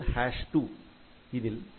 ADDS R1R2R3LSL2